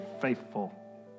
faithful